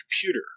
computer